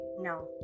No